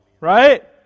Right